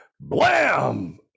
blam